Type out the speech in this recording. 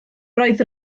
roedd